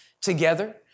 together